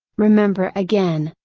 remember again,